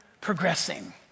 progressing